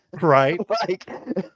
right